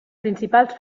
principals